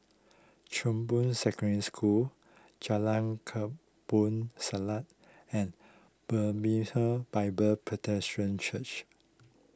Chong Boon Secondary School Jalan Kampong Siglap and Bethlehem Bible Presbyterian Church